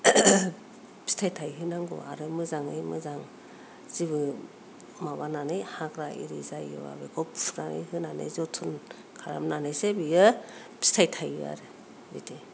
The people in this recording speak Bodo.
फिथाइ थायहोनांगौ आरो मोजाङै मोजां जेबो माबानानै हाग्रा आरि जायोबा बेखौ फुनानै होनानै जोथोन खालामनानैसो बियो फिथाइ थायो आरो बिदि